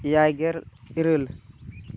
ᱮᱭᱟᱭ ᱜᱮᱞ ᱤᱨᱟᱹᱞ